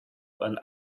and